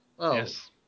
Yes